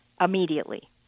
immediately